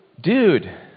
dude